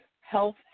health